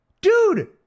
Dude